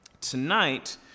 Tonight